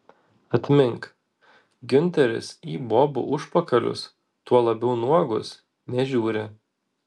atmink giunteris į bobų užpakalius tuo labiau nuogus nežiūri